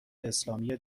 اسلامی